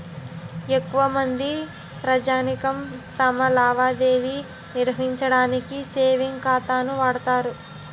ఎక్కువమంది ప్రజానీకం తమ లావాదేవీ నిర్వహించడానికి సేవింగ్ ఖాతాను వాడుతారు